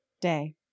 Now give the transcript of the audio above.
day